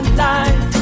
life